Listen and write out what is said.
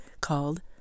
called